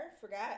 Forgot